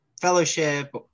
fellowship